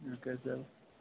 okay sir